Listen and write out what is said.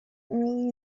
early